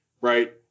right